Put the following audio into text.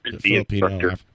Filipino